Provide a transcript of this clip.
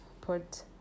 put